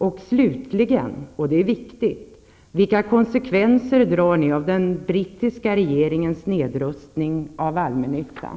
Och slutligen, vilket är viktigt: Vilka konsekvenser drar ni av den brittiska regeringens nedrustning av allmännyttan?